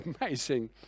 amazing